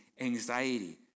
anxiety